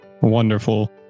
Wonderful